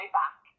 back